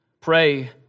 Pray